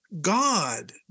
God